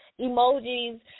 emojis